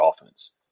offense